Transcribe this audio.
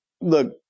Look